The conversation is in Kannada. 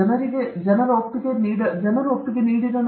ಜನರಿಗೆ ಒಪ್ಪಿಗೆ ನೀಡಬೇಕಾಗಿದೆ ಜನರನ್ನು ತೆಗೆದುಕೊಳ್ಳಬೇಕಾಗಿದೆ